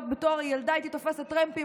עוד בתור ילדה הייתי תופסת טרמפים